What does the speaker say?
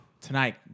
Tonight